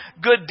good